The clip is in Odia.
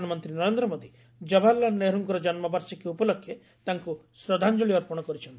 ପ୍ରଧାନମନ୍ତ୍ରୀ ନରେନ୍ଦ୍ର ମୋଦୀ ଜବାହାରଲାଲ ନେହରୁଙ୍କ ଜନ୍ମ ବାର୍ଷିକୀ ଉପଲକ୍ଷେ ତାଙ୍କୁ ଶ୍ରଦ୍ଧାଞ୍ଜଳୀ ଅର୍ପଣ କରିଛନ୍ତି